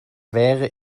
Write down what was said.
wäre